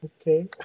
okay